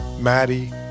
Maddie